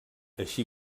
així